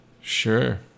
Sure